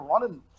running